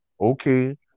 okay